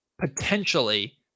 potentially